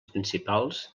principals